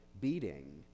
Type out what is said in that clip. beating